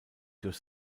durch